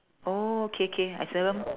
oh K K I seldom